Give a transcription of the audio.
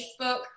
Facebook